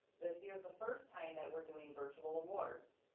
this year's the first time that we're doing virtual awards.